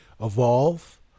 Evolve